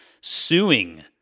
suing